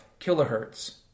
kilohertz